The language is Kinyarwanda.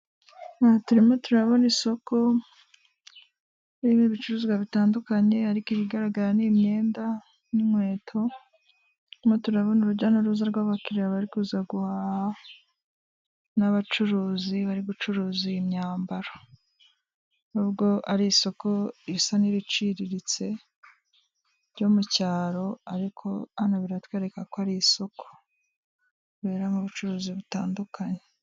Aha turimo turabona isoko ibintu bicuruzwa bitandukanye ariko ibigaragara ni imyenda n'inkweto moturabona urujya n'uruza rw'abakiriya bari kuza guhaha n'abacuruzi bari gucuruza iyi myambaro nubwo ari isoko risa n'ibiciriritse byo mu cyaro ariko hano biratwereka ko ari isoko ribera ubucuruzi bitandukanye.